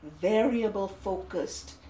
variable-focused